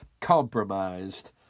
compromised